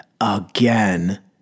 again